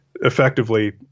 effectively